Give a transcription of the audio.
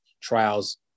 trials